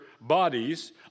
bodies